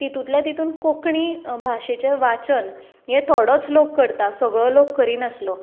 तातूंतले तातूंत कोंकणी भाशेचें वाचन हे थोडोच लोक करता सगलो लोक करिनासलो